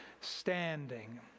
standing